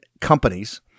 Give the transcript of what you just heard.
companies